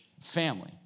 family